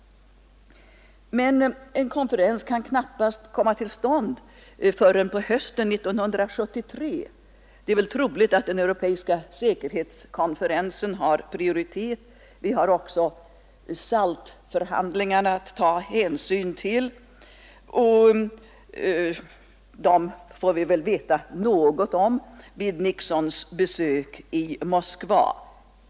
Men en konferens kan knappast komma till stånd förrän på hösten 1973. Det är troligt att den europeiska säkerhetskonferensen har prioritet. Vi har också SALT-förhandlingarna att ta hänsyn till. Dem får vi väl veta något om i och med Nixons besök i Moskva.